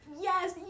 yes